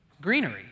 Greenery